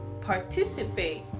participate